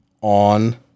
on